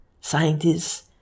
scientists